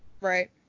Right